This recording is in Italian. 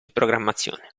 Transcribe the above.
programmazione